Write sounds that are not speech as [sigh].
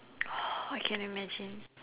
[breath] I can imagine